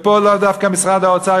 ופה לא דווקא משרד האוצר,